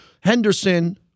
Henderson